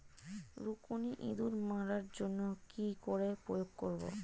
রুকুনি ইঁদুর মারার জন্য কি করে প্রয়োগ করব?